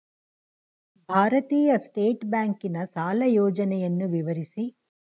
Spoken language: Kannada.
ಭಾರತೀಯ ಸ್ಟೇಟ್ ಬ್ಯಾಂಕಿನ ಸಾಲ ಯೋಜನೆಯನ್ನು ವಿವರಿಸಿ?